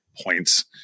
points